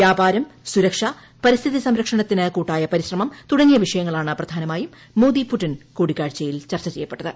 വ്യാപാരം സുരക്ഷ പരിസ്ഥിതി സംരക്ഷണത്തിന് കൂട്ടായ പരിശ്രമം തുടങ്ങിയ വിഷയങ്ങളാണ് പ്രധാനമായും മോദി പുടിൻ കൂടിക്കാഴ്ചയിൽ ചർച്ച ചെയ്യപ്പെട്ടത്